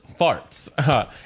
Farts